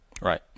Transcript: Right